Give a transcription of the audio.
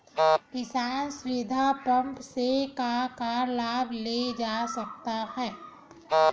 किसान सुविधा एप्प से का का लाभ ले जा सकत हे?